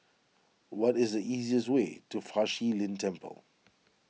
what is the easiest way to Fa Shi Lin Temple